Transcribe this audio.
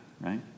right